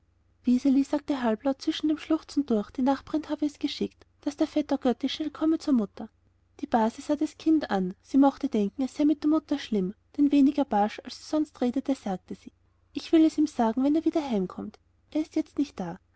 sagte halblaut zwischen dem schluchzen durch die nachbarin habe es geschickt daß der vetter götti schnell komme zur mutter die base sah das kind an sie mochte denken es sei mit der mutter schlimm denn weniger barsch als sie sonst redete sagte sie ich will es ihm sagen geh nur wieder heim er ist jetzt nicht da